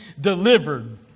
delivered